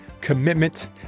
commitment